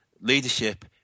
leadership